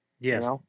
Yes